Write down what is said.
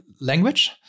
language